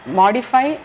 modify